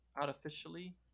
artificially